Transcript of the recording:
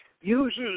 uses